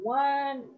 one